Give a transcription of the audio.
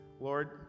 Lord